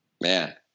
Man